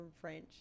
French